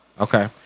Okay